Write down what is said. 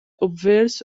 obverse